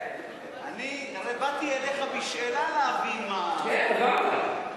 אני הרי באתי אליך בשאלה, להבין מה, כן, הבנת.